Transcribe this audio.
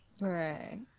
Right